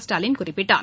ஸ்டாலின் குறிப்பிட்டார்